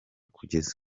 kugeza